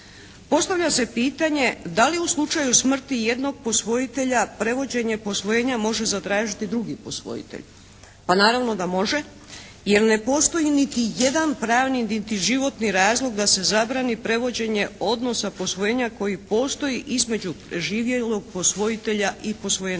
Postavlja se pitanje da li u slučaju smrti jednog posvojitelja prevođenje posvojenja može zatražiti drugi posvojitelj. Pa naravno da može, jer ne postoji niti jedan pravni niti životni razlog da se zabrani prevođenje odnosa posvojenja koji postoji između živjelog posvojitelja i posvojenika.